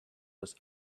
was